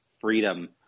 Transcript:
freedom